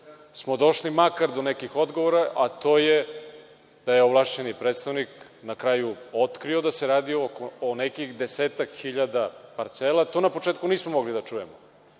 smo makar do nekih odgovora, a to je da je ovlašćeni predstavnik na kraju otkrio da se radi o nekih desetak hiljada parcela. To na početku nismo mogli da čujemo,